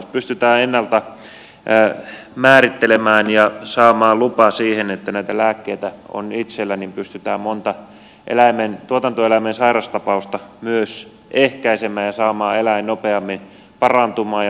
jos pystytään ennalta määrittelemään ja saamaan lupa siihen että näitä lääkkeitä on itsellä niin pystytään monta tuotantoeläimen sairaustapausta myös ehkäisemään ja saamaan eläin nopeammin parantumaan ja tuotanto kuntoon